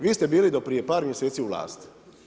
Vi ste bili do prije par mjeseci u vlasti.